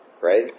right